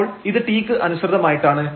അപ്പോൾ ഇത് t ക്ക് അനുസൃതമായിട്ടാണ്